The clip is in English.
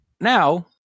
Now